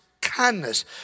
kindness